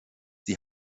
die